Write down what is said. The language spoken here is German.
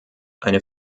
eine